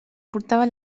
portava